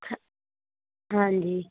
ਹ ਹਾਂਜੀ